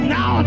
Now